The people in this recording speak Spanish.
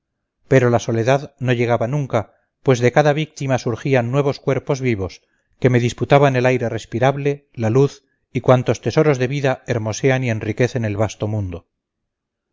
pero la soledad no llegaba nunca pues de cada víctima surgían nuevos cuerpos vivos que me disputaban el aire respirable la luz y cuantos tesoros de vida hermosean y enriquecen el vasto mundo